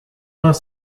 vingt